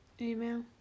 Email